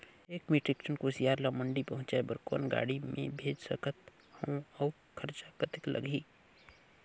एक metric ton कुसियार ल मंडी पहुंचाय बर कौन गाड़ी मे भेज सकत हव अउ खरचा कतेक लगही?